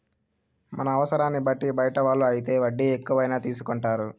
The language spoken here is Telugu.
మన అవసరాన్ని బట్టి బయట వాళ్ళు అయితే వడ్డీ ఎక్కువైనా తీసుకుంటారు